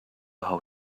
how